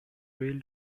rail